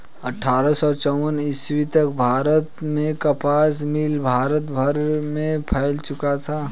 अट्ठारह सौ चौवन ईस्वी तक भारत में कपास मिल भारत भर में फैल चुका था